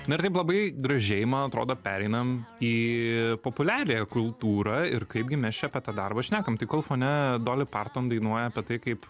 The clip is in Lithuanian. na ir taip labai gražiai man atrodo pereinam į populiariąją kultūrą ir kaip gi mes čia apie tą darbą šnekam tai kol fone doli parton dainuoja apie tai kaip